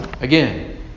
again